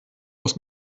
aus